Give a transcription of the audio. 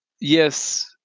Yes